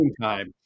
time